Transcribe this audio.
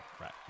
right